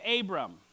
Abram